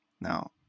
now